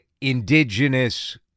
indigenous